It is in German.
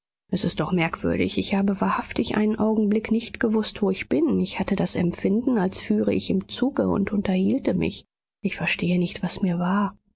es ist doch merkwürdig ich habe wahrhaftig einen augenblick nicht gewußt wo ich bin ich hatte das empfinden als führe ich im zuge und unterhielte mich ich verstehe nicht was mir war